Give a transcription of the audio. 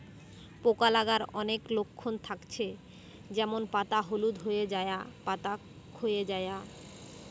পোকা লাগার অনেক লক্ষণ থাকছে যেমন পাতা হলুদ হয়ে যায়া, পাতা খোয়ে যায়া